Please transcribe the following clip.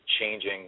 changing